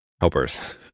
helpers